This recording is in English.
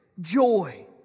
joy